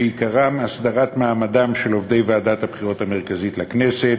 שעיקרם הסדרת מעמדם של עובדי ועדת הבחירות המרכזית לכנסת,